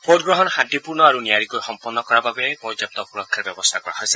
ভোটগ্ৰহণ শান্তিপূৰ্ণ আৰু নিয়াৰিকৈ সম্পন্ন কৰাৰ বাবে পৰ্যাপ্ত সুৰক্ষাৰ ব্যৱস্থা কৰা হৈছে